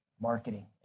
marketing